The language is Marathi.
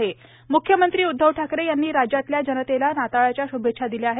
म्ख्यमंत्री उद्धव ठाकरे यांनी राज्यातल्या जनतेला नाताळच्या श्भेच्छा दिल्या आहेत